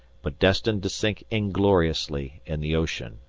but destined to sink ingloriously in the ocean,